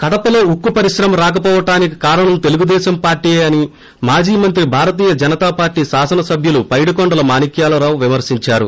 కడపలో ఉక్కు పరిశ్రమ రాకపోవటానికి కారణం తెలుగుదేశం పార్షీయే అని మాజీ మంత్రి భారతీయ జనతా పార్టీ శాసనసభ్యులు పైడికొండల మాణిక్యాల రావు విమర్పించారు